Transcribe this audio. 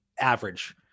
average